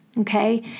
okay